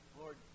Lord